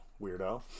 Weirdo